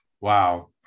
wow